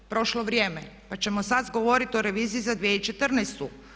Prošlo je vrijeme pa ćemo sad govoriti o reviziji za 2014.